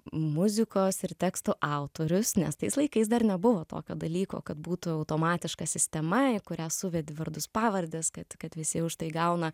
muzikos ir tekstų autorius nes tais laikais dar nebuvo tokio dalyko kad būtų automatiška sistema į kurią suvedi vardus pavardes kad kad visi už tai gauna